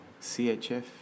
CHF